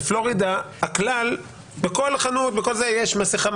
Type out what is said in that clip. בפלורידה הכלל בכל חנות יש מסכה,